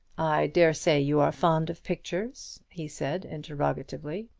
i dare say you are fond of pictures? he said, interrogatively.